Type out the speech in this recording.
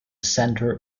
center